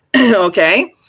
okay